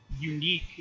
unique